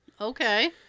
Okay